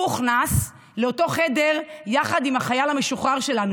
הוא הוכנס לאותו חדר יחד עם החייל המשוחרר שלנו,